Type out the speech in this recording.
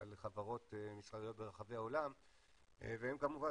על חברות מסחריות ברחבי העולם והן כמובן